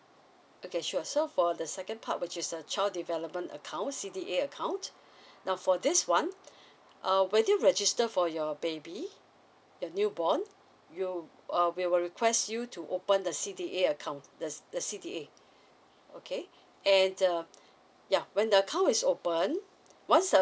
okay sure so for the second part which is the child development account C_D_A account now for this one uh when you register for your baby your new born you uh we will request you to open the C_D_A account the s~ the C_D_A okay and err yeah when the account is open once the